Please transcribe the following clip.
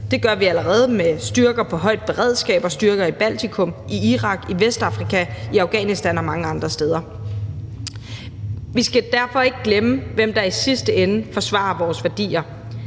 Det gør vi allerede med styrker på højt beredskab og styrker i Baltikum, i Irak, i Vestafrika, i Afghanistan og mange andre steder. Vi skal derfor ikke glemme, hvem der i sidste ende forsvarer vores værdier: